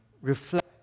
reflect